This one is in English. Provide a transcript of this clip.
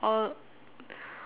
all